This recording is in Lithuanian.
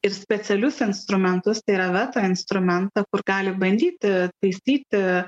ir specialius instrumentus tai yra veto instrumentą kur gali bandyti taisyti